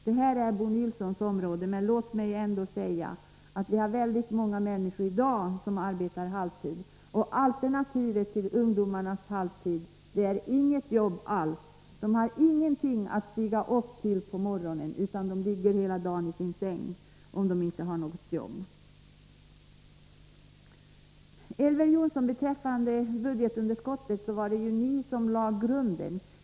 Den frågan hör till Bo Nilssons område, men låt mig ändå säga att vi i dag har väldigt många människor som arbetar halvtid. Alternativet till ungdomarnas halvtidsjobb är inget jobb alls. De har ingenting att stiga upp till på morgonen, utan de ligger hela dagen i sin säng om de inte har något jobb. Till Elver Jonsson vill jag säga att det var ni som lade grunden till budgetunderskottet.